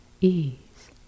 Ease